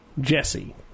Jesse